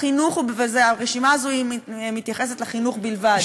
והרשימה הזו מתייחסת לחינוך בלבד.